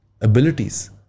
abilities